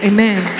Amen